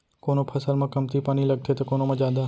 कोनो फसल म कमती पानी लगथे त कोनो म जादा